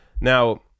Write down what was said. Now